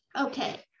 Okay